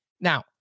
Now